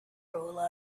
rule